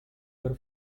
were